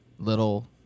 Little